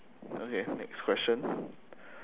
okay next question